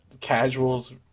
casuals